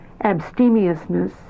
Abstemiousness